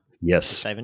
Yes